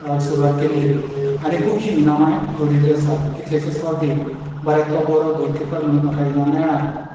खेळपाक सुरवात केल्ली आनी खुबशीं इनामांय जोडिल्लीं आसा कितलेशेंच फावटी बऱ्यांतलो बरो गोलकिपर म्हणून म्हाका इनाम मेळ्ळा